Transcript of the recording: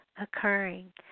occurring